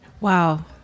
Wow